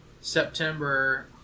September